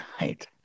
Right